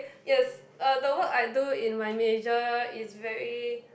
yes uh the work I do in my major is very